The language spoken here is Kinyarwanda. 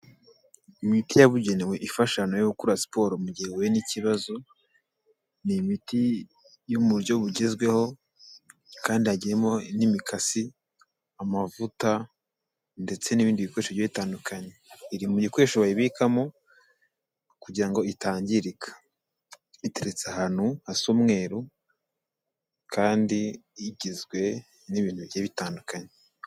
Imiti yabugenewe ifashasha abatu bari gukora siporo mu gihe yahuye n'ikibazo, ni imiti yo mu buryo bugezweho kandi hagiyemo n'imikasi, amavuta ndetse n'ibindi bikoresho bi bitandukanye, iri mu gikoresho bayibikamo kugira ngo itangirika. Iteretse ahantu hasa umweru, kandi igizwe n'ibintu bigiye bitandukanye.